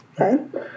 Okay